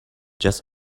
just